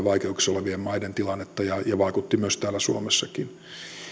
vaikeuksissa olevien maiden tilannetta ja vaikutti myös täällä suomessakin